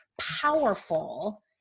powerful